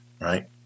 right